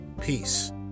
peace